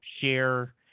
share